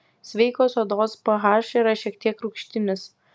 sveikos odos ph yra šiek tiek rūgštinis